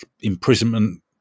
imprisonment